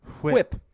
Whip